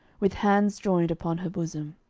with hands joined upon her bosom.